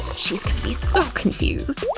she's gonna be so confused!